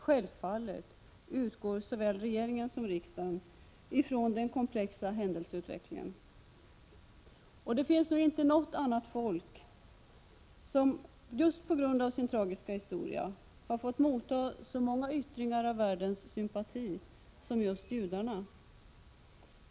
Självfallet utgår såväl regeringen som riksdagen från den komplexa händelseutvecklingen. Det finns nog inte något annat folk som just på grund av sin tragiska historia har fått motta så många yttringar av världens sympati som just judarna.